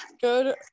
Good